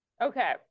okay